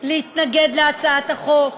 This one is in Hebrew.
להתנגד להצעת החוק,